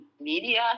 media